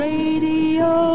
Radio